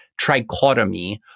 trichotomy